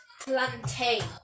plantain